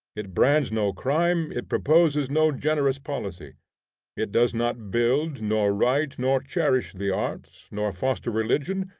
it brands no crime, it proposes no generous policy it does not build, nor write, nor cherish the arts, nor foster religion,